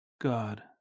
God